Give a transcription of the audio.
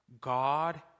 God